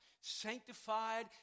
sanctified